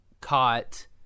caught